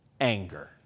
anger